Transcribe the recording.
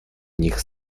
них